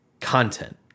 Content